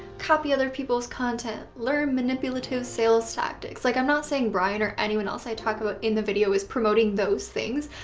copy other people's content, learn manipulative sales tactics. like i'm not saying brian or anyone else i talk about in the video is promoting those things,